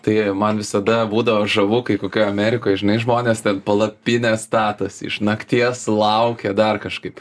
tai man visada būdavo žavu kai kokioj amerikoj žinai žmonės ten palapinę statosi iš nakties laukia dar kažkaip